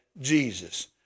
Jesus